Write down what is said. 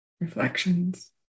Reflections